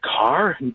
car